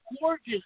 gorgeous